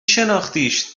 شناختیش